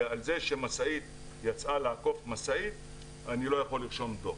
ועל זה שמשאית יצאה לעקוף משאית אני לא יכול לרשום דו"ח.